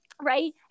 right